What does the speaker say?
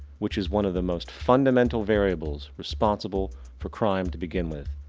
which is one of the most fundamental variables responsible for crime to begin with.